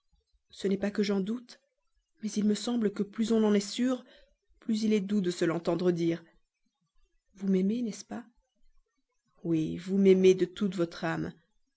ce n'est pas que j'en doute mais il me semble que plus on en est sûr plus il est doux de se l'entendre dire vous m'aimez n'est-ce pas oui vous m'aimez de toute votre âme